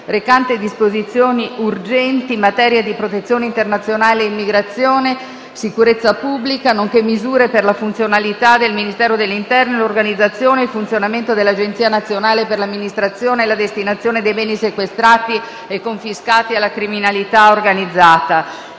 recante disposizioni urgenti in materia di protezione internazionale e immigrazione, sicurezza pubblica, nonché misure per la funzionalità del Ministero dell'interno e l'organizzazione e il funzionamento dell'Agenzia nazionale per l'amministrazione e la destinazione dei beni sequestrati e confiscati alla criminalità organizzata***